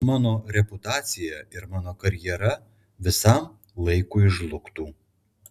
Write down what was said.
mano reputacija ir mano karjera visam laikui žlugtų